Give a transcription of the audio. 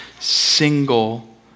single